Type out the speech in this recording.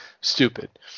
stupid